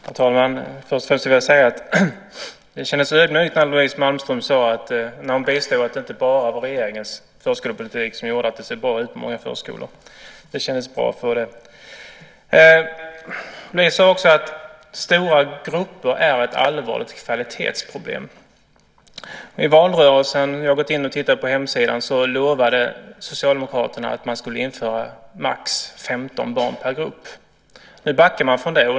Herr talman! Först och främst vill jag säga att det kändes ödmjukt när Louise Malmström tillstod att det inte bara var regeringens förskolepolitik som gjorde att det ser bra ut i många förskolor. Det kändes bra att få höra det. Louise sade också att stora grupper är ett allvarligt kvalitetsproblem. Jag har gått in och tittat på er hemsida. I valrörelsen lovade Socialdemokraterna att man skulle införa maximalt 15 barn per grupp. Nu backar man från det.